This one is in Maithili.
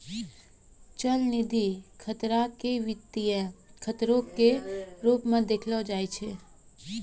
चलनिधि खतरा के वित्तीय खतरो के रुपो मे देखलो जाय छै